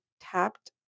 tapped